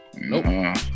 Nope